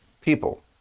people